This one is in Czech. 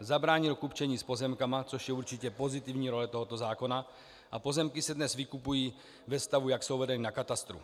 Zabránil kupčení s pozemky, což je určitě pozitivní role tohoto zákona, a pozemky se dnes vykupují ve stavu, jak jsou vedeny na katastru.